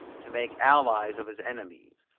to make allies of his enemies,